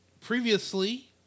previously